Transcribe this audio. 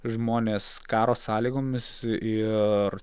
žmonės karo sąlygomis ir